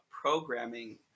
programming